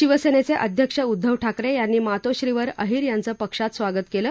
शिवसेनेचे अध्यक्ष उद्धव ठाकरे यांनी मातोश्रीवर अहिर यांचं पक्षात स्वागत केलं